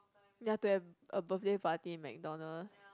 ya to have a birthday party in McDonald's